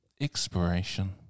Expiration